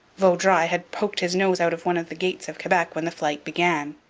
vaudreuil had poked his nose out of one of the gates of quebec when the flight began.